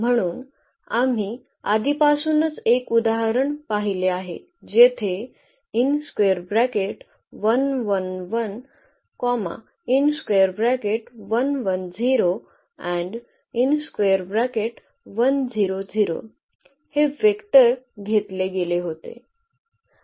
म्हणून आम्ही आधीपासूनच एक उदाहरण पाहिले आहे जेथे हे वेक्टर घेतले गेले होते